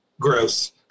gross